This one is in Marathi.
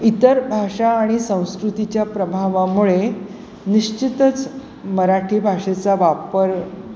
इतर भाषा आणि संस्कृतीच्या प्रभावामुळे निश्चितच मराठी भाषेचा वापर